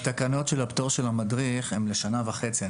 התקנות של הפטור של המדריך הן לשנה וחצי,